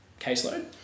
caseload